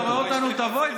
אלי, אם אתה רואה אותנו, תבוא.